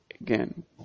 again